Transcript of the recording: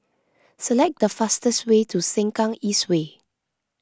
select the fastest way to Sengkang East Way